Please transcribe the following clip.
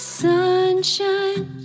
sunshine